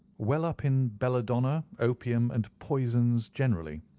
well up in belladonna, opium, and poisons generally.